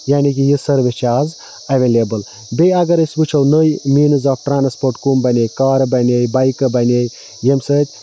یعنے کہِ یہِ سٔروِس چھِ آز ایویلیبٕل بیٚیہِ اَگر أسۍ وٕچھو نٔے میٖنز آف ٹرانسپوٹ بنے کارٕ بنے بایکہٕ بَنے ییٚمہِ سۭتۍ